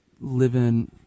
living